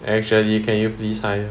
actually can you please sign